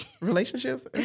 Relationships